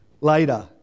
later